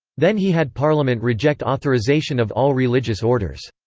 then he had parliament reject authorisation of all religious orders.